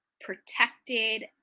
protected